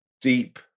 deep